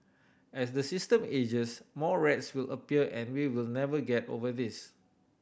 as the system ages more rats will appear and we will never get over this